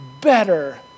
better